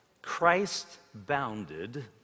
Christ-bounded